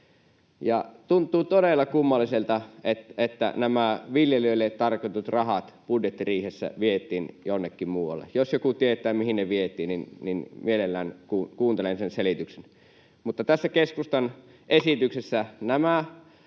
Tuntuu todella kummalliselta, että nämä viljelijöille tarkoitetut rahat budjettiriihessä vietiin jonnekin muualle. Jos joku tietää, mihin ne vietiin, niin mielelläni kuuntelen sen selityksen. Tässä keskustan esityksessä